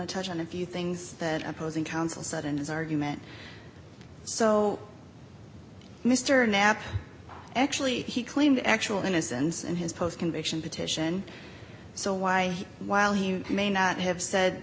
to touch on a few things that opposing counsel sudden his argument so mr knapp actually he claimed actual innocence in his post conviction petition so why while he may not have said